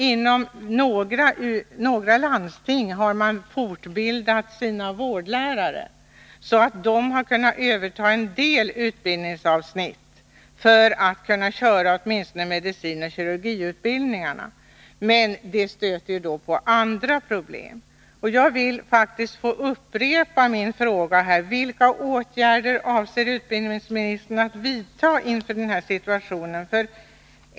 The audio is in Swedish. Inom några landsting har man fortbildat sina vårdlärare, så att de har kunnat överta en del utbildningsavsnitt för att kunna bedriva åtminstone medicinoch kirurgiutbildningarna, men det stöter då på andra problem. Jag vill faktiskt upprepa min fråga: Vilka åtgärder avser utbildningsministern att vidta inför den här situationen?